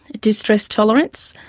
distress tolerance,